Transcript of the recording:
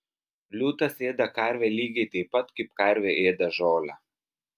liūtas ėda karvę lygiai taip pat kaip karvė ėda žolę